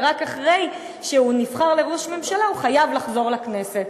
ורק אחרי שהוא נבחר להיות ראש ממשלה הוא חייב לחזור לכנסת.